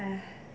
!hais!